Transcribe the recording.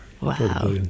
Wow